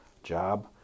job